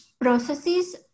processes